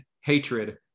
hatred